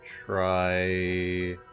try